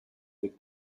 the